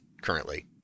currently